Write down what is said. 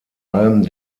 allem